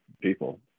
people